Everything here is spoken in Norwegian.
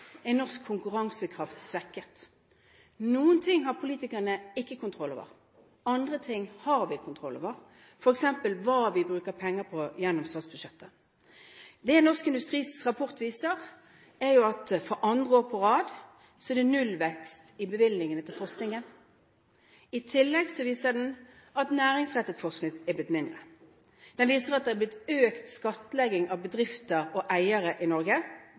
er norsk konkurransekraft svekket. Noen ting har politikerne ikke kontroll over, andre ting har vi kontroll over, f.eks. hva vi bruker penger på gjennom statsbudsjettet. Det Norsk Industris rapport viser, er at for andre år på rad er det nullvekst i bevilgningene til forskningen. I tillegg viser den at næringsrettet forskning er blitt mindre. Den viser at det har blitt økt skattlegging av bedrifter og eiere i Norge.